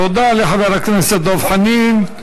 תודה לחבר הכנסת דב חנין.